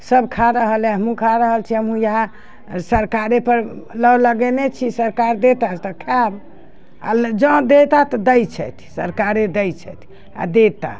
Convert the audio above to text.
सभ खा रहल अइ हमहुँ खा रहल छी हमहुँ इएह सरकारेपर लौल लगेने छी सरकार देता तऽ खायब आ जौं देता तऽ दै छथि सरकारे दै छथि आ देता